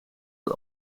het